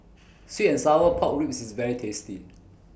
Sweet and Sour Pork Ribs IS very tasty